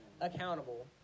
accountable